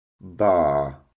Bar